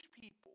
people